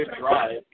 drive